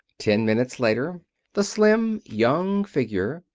ten minutes later the slim young figure,